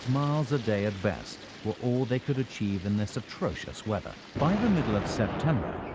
miles a day at best were all they could achieve in this atrocious weather. by the middle of september,